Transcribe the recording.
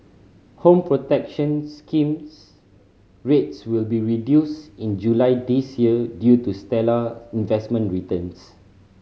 Home Protection Scheme rates will be reduced in July this year due to stellar investment returns